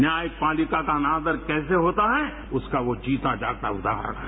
न्यायपालिका का अनादर कैसे होता है उसका वो जीता जागता उदाहरण है